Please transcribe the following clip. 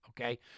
okay